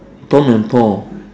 tom and paul